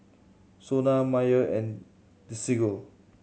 SONA Mayer and Desigual